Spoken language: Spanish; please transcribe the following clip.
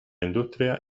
industria